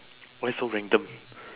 why so random